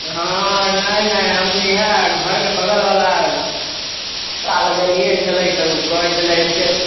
हँ नहि नहि हम इएह घरके बगलवला पता लगेलियै छलै तऽ उ कहै छलै एत्ते